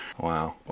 Wow